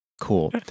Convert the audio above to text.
Cool